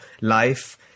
life